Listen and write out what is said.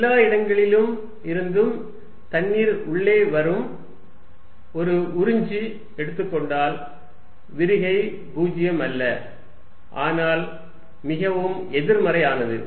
எல்லா இடங்களில் இருந்தும் தண்ணீர் உள்ளே வரும் ஒரு உறிஞ்சு எடுத்துக்கொண்டால் விரிகை பூஜ்ஜியம் அல்ல ஆனால் மிகவும் எதிர்மறையானது